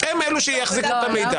הם אלה שיחזיקו את המידע.